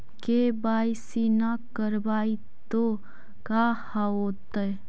KYC न करवाई तो का हाओतै?